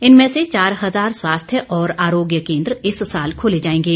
इनमें से चार हजार स्वास्थ्य और आरोग्य केंद्र इस साल खोले जाएंगे